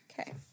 Okay